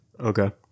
Okay